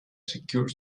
secure